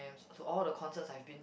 ~cams so all the concerts I've been